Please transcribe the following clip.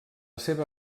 seva